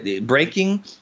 breaking